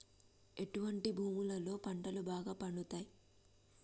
ఎటువంటి భూములలో పంటలు బాగా పండుతయ్?